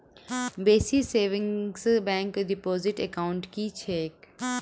Basic savings bank deposit account की छैक?